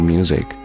Music